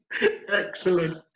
Excellent